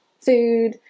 food